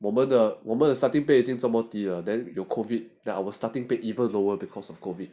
我们的我们的 starting pay 已经这么低了 then 有 COVID then our starting pay even lower because of COVID